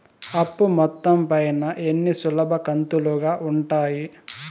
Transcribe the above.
అప్పు మొత్తం పైన ఎన్ని సులభ కంతులుగా ఉంటాయి?